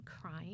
crying